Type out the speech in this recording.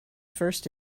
first